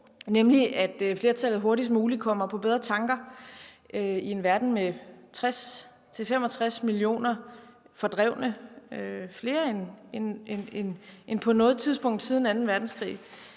nemlig om, at flertallet hurtigst muligt kommer på bedre tanker. I en verden med 60-65 millioner fordrevne – flere end på noget andet tidspunkt siden anden verdenskrig